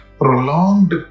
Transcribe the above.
prolonged